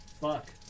Fuck